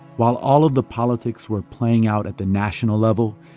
while all of the politics were playing out at the national level,